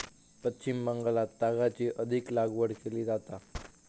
पश्चिम बंगालात तागाची अधिक लागवड केली जाता